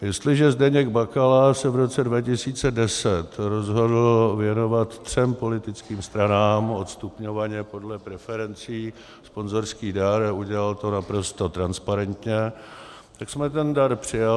Jestliže Zdeněk Bakala se v roce 2010 rozhodl věnovat třem politickým stranám odstupňovaně podle preferencí sponzorský dar, udělal to naprosto transparentně, tak jsme ten dar přijali.